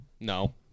No